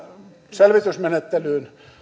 selvitysmenettelyyn